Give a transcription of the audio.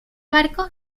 barco